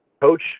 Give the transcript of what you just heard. coach